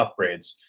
upgrades